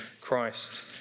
Christ